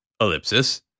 ellipsis